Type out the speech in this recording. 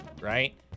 right